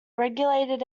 regulated